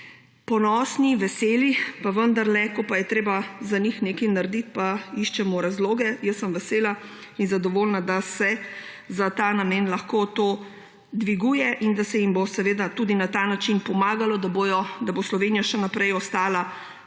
ponosni, veseli, ko je treba za njih nekaj narediti, pa iščemo razloge. Jaz sem vesela in zadovoljna, da se za ta namen lahko to dviguje in da se jim bo tudi na ta način pomagalo, da bo Slovenija še naprej ostala